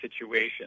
situation